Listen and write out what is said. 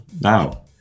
now